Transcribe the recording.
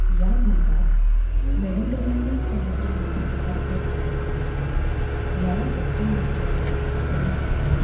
या भागात मेडिटरेनियन समुद्रामधून आर्त्रता येते याला वेस्टर्न डिस्टर्बन्स असंही म्हणतात